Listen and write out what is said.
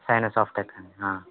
cyano Softech అండి